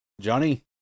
Johnny